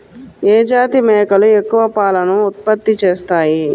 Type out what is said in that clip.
ఏ జాతి మేకలు ఎక్కువ పాలను ఉత్పత్తి చేస్తాయి?